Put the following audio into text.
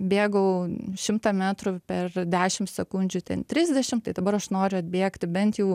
bėgau šimtą metrų per dešim sekundžių ten trisdešim tai dabar aš noriu atbėgti bent jau